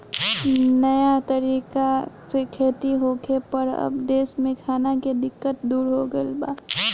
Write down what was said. नया तरीका से खेती होखे पर अब देश में खाना के दिक्कत दूर हो गईल बा